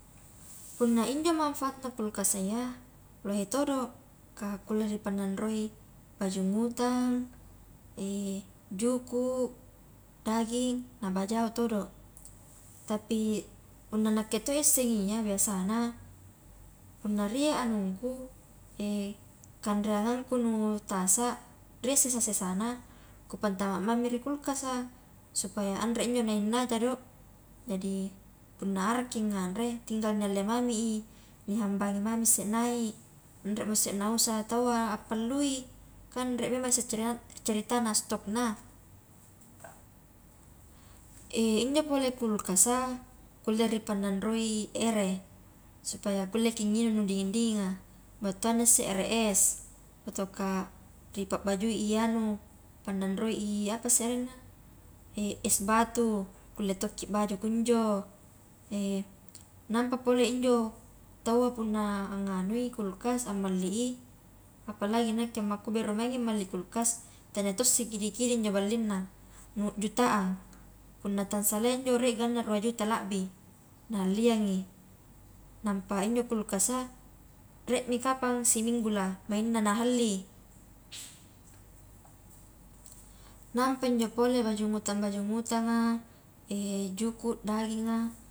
Punna injo manfaatna kulkas iya lohe todo, kah kulle ripananroi kaju ngutang, juku, daging, na bajao todo, tapi punna nakke to isseng iya biasana punna rie anungku kanreangangku nu tasa rie sesa-sesana kupantama mami ri kulkas a, supaya anre injo na innaja do jadi punna arakki nganre tinggal nialle mami i nihambangi mami isse nai anremo isse nausa taua appallui, kan rie memang ceritana stokna, injo pole kulkas a kulle ni pananroi ere, supaya kulleki nginung nu dinging-dinginga, battuanna isse air es, ataukah ripabbajui i anu pannanroi i apasse arenna es batu, kulle tokki baju kunjo, nampa pole injo taua punna anganui kulkas ammalli i, palagi nakke ammakku beru mangi malli kulkas tania to sikidi-kidi injo ballinna, nu jutaan, punna tala salea injo rie ganna rua juta labbi, na halliangi nampa injo kulkas a rie mi kapang siminggu lah maingna nahalli, nampa injo pole baju ngutang-baju ngutanga juku daginga.